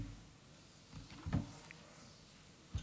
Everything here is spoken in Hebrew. בבקשה.